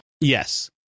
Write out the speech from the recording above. Yes